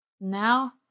Now